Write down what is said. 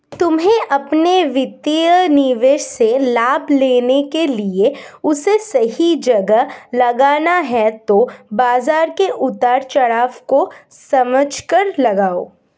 तुम्हे अपने वित्तीय निवेश से लाभ लेने के लिए उसे सही जगह लगाना है तो बाज़ार के उतार चड़ाव को समझकर लगाओ